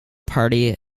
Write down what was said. party